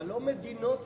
אבל לא מדינות זרות.